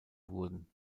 wurden